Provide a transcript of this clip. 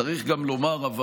אבל צריך גם לומר,